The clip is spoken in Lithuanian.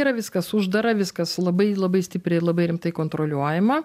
yra viskas uždara viskas labai labai stipriai ir labai rimtai kontroliuojama